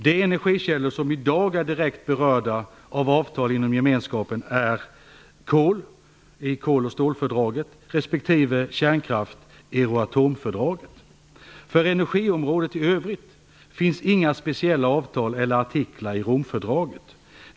De energikällor som i dag är direkt berörda av avtal inom gemenskapen är kol i kol och stålfördraget respektive kärnkraft i Euroatomfördraget. För energiområdet i övrigt finns inga speciella avtal eller artiklar i Romfördraget.